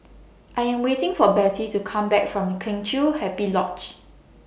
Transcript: I Am waiting For Bettie to Come Back from Kheng Chiu Happy Lodge